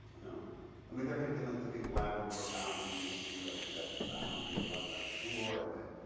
you know i mean there had been like the big labrador boundary issue, who got the boundary of what labrador. and then,